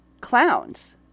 clowns